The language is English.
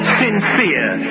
sincere